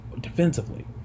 defensively